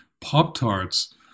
Pop-Tarts